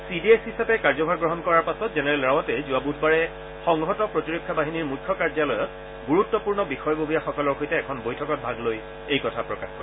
C D S হিচাপে কাৰ্যভাৰ গ্ৰহণ কৰাৰ পাছত জেনেৰেল ৰাৱটে যোৱা বুধবাৰে সংহত প্ৰতিৰক্ষা বাহিনীৰ মুখ্য কাৰ্যালয়ত গুৰুত্পূৰ্ণ বিষয়ববীয়াসকলৰ সৈতে এখন বৈঠকত ভাগ লৈ এই কথা প্ৰকাশ কৰে